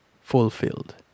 fulfilled